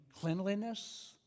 cleanliness